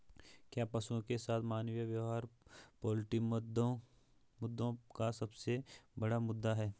क्या पशुओं के साथ मानवीय व्यवहार पोल्ट्री मुद्दों का सबसे बड़ा मुद्दा है?